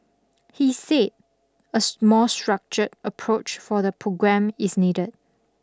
he said a small structured approach for the programme is needed